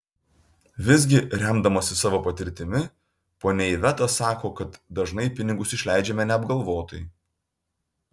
visgi remdamasi savo patirtimi ponia iveta sako kad dažnai pinigus išleidžiame neapgalvotai